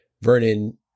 Vernon